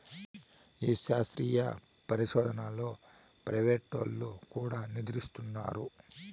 ఈ శాస్త్రీయ పరిశోదనలో ప్రైవేటోల్లు కూడా నిదులిస్తున్నారు